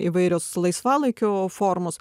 įvairios laisvalaikio formos